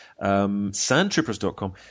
sandtroopers.com